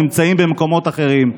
נמצאים במקומות אחרים,